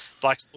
black